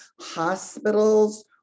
hospitals